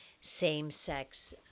same-sex